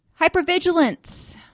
Hypervigilance